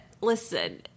Listen